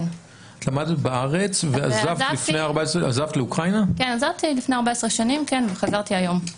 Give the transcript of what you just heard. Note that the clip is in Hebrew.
כן ועזבתי לפני 14 שנים וחזרתי היום.